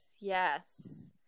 yes